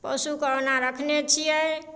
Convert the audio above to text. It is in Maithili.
पशुके ओना रखने छियै